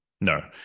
no